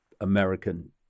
American